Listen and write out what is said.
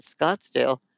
Scottsdale